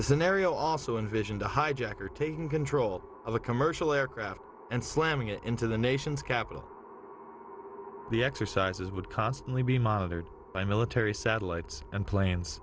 the scenario also envisioned a hijacker taking control of a commercial aircraft and slamming it into the nation's capital the exercises would constantly be monitored by military satellites and planes